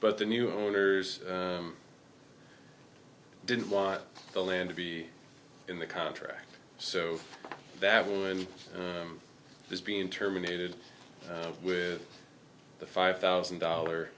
but the new owners didn't want the land to be in the contract so that one is being terminated with the five thousand dollar